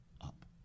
up